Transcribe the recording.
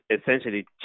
essentially